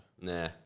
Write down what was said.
Nah